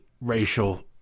racial